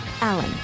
Allen